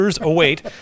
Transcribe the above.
await